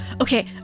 okay